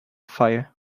fire